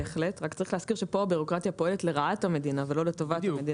רק צריך להזכיר שכאן הבירוקרטיה פועלת לרעת המדינה ולא לטובתה.